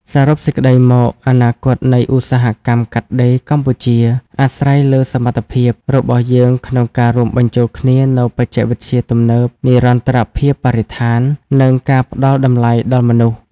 សរុបសេចក្ដីមក អនាគតនៃឧស្សាហកម្មកាត់ដេរកម្ពុជា អាស្រ័យលើសមត្ថភាពរបស់យើងក្នុងការរួមបញ្ចូលគ្នានូវបច្ចេកវិទ្យាទំនើប និរន្តរភាពបរិស្ថាន និងការផ្ដល់តម្លៃដល់មនុស្ស។